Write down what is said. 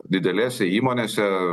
didelėse įmonėse